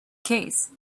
case